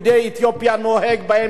נוהג בהם בגזענות